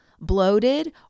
bloated